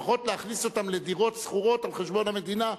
לפחות להכניס אותם לדירות שכורות על חשבון המדינה.